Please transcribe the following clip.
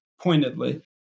pointedly